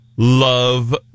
Love